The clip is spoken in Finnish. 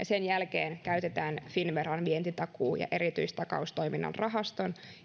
sen jälkeen käytetään finnveran vientitakuu ja erityistakaustoiminnan rahaston